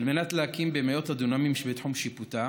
להקים במאות הדונמים שבתחום שיפוטה